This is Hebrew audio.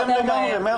המשמעות.